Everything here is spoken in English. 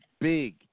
big